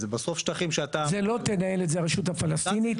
זה בסוף שטחים שאתה --- לא תנהל את זה הרשות הפלסטינית.